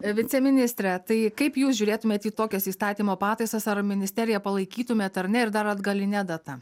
viceministre tai kaip jūs žiūrėtumėt į tokias įstatymo pataisas ar ministeriją palaikytumėt ar ne ir dar atgaline data